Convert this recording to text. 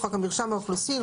חוק מרשם האוכלוסין,